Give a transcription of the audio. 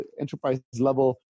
enterprise-level